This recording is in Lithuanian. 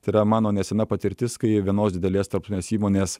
tai yra mano nesena patirtis kai vienos didelės tarptautinės įmonės